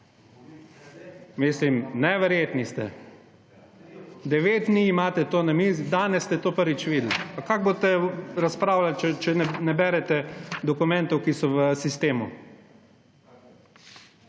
Mislim, neverjetni ste! Devet dni imate to na mizi, danes ste to prvič videli. Pa kako boste razpravljali, če ne berete dokumentov, ki so v sistemu.